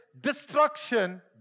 destruction